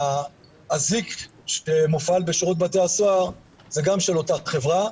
האזיק שמופעל בשירות בתי הסוהר זה גם של אותה חברה.